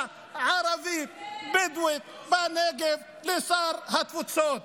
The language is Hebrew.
הערבית-בדואית בנגב לשר התפוצות.